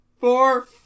Four